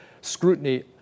scrutiny